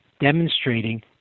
demonstrating